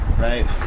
right